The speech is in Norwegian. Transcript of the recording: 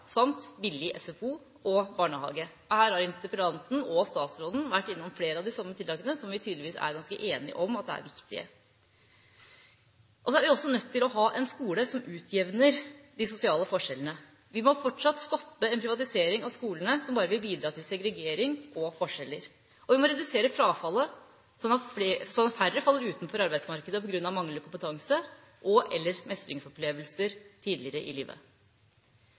samt billig SFO og barnehage. Her har interpellanten og statsråden vært innom flere av de samme tiltakene, som vi tydeligvis er ganske enige om er viktige. Så er vi også nødt til å ha en skole som utjevner de sosiale forskjellene. Vi må fortsatt stoppe en privatisering av skolene som bare vil bidra til segregering og forskjeller, og vi må redusere frafallet, sånn at færre faller utenfor arbeidsmarkedet på grunn av manglende kompetanse og/eller mestringsopplevelse tidligere i livet.